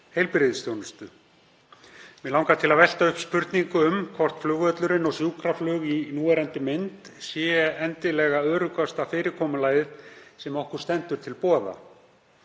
heilbrigðisþjónustu. Mig langar til að velta upp spurningu um hvort flugvöllurinn og sjúkraflug í núverandi mynd sé endilega öruggasta fyrirkomulagið sem okkur stendur til boða.